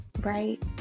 right